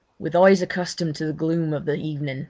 with eyes accustomed to the gloom of the evening,